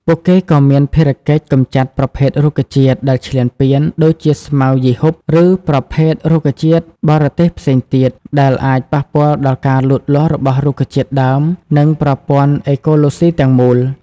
ពួកគេក៏មានភារកិច្ច កម្ចាត់ប្រភេទរុក្ខជាតិដែលឈ្លានពាន ដូចជាស្មៅយីហ៊ុប ឬប្រភេទរុក្ខជាតិបរទេសផ្សេងទៀត ដែលអាចប៉ះពាល់ដល់ការលូតលាស់របស់រុក្ខជាតិដើម និងប្រព័ន្ធអេកូឡូស៊ីទាំងមូល។